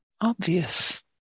obvious